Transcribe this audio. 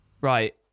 Right